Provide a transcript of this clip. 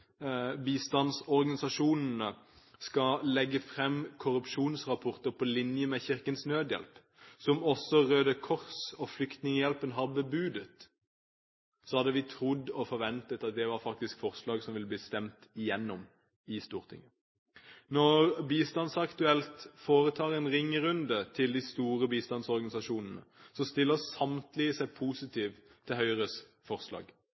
bistandsorganisasjonene skal legge fram korrupsjonsrapporter på linje med Kirkens Nødhjelp, som også Røde Kors og Flyktninghjelpen har bebudet, hadde vi trodd og forventet at det var forslag som ville blitt stemt igjennom i Stortinget. Når Bistandsaktuelt foretar en ringerunde til de store bistandsorganisasjonene, stiller samtlige seg positive til Høyres forslag.